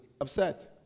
upset